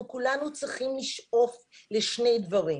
אנחנו כולנו צריכים לשאוף לשני דברים: